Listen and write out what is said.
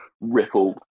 ripple